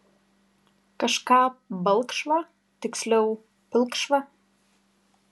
kažką balkšvą tiksliau pilkšvą